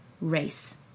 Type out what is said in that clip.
race